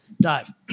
dive